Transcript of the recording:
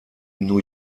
new